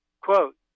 quote